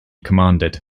commanded